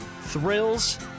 Thrills